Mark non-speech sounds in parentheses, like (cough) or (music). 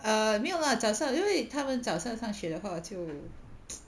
err 没有啦早上因为他们早上上学的话就 (noise)